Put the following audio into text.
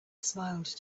smiled